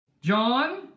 John